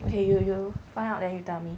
okay you you find out then you tell me